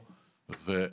באמת,